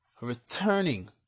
returning